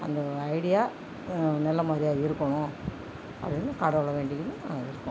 அந்த ஐடியா நல்ல மாதிரியாக இருக்கனும் அப்படின்னு கடவுளை வேண்டிகினு நாங்கள் இருக்கோம்